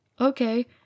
Okay